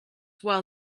while